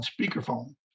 speakerphone